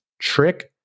trick